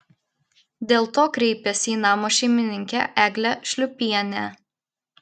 dėl to kreipėsi į namo šeimininkę eglę šliūpienę